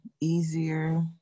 easier